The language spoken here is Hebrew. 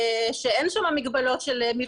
אבל בעקבות העתירה וקראנו אותה,